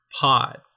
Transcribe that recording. pod